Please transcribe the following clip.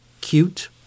cute